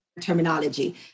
terminology